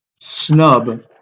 snub